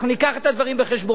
אנחנו נביא את הדברים בחשבון.